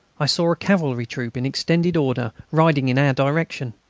i saw a cavalry troop in extended order, riding in our direction.